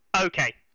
okay